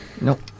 Nope